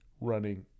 running